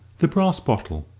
the brass bottle,